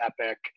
Epic